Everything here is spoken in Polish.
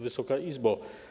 Wysoka Izbo!